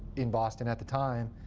in boston at the time.